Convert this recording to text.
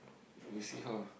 you see how